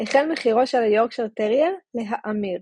החל מחירו של היורקשייר טרייר להאמיר.